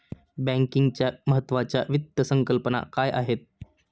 बँकिंगच्या महत्त्वाच्या वित्त संकल्पना काय आहेत?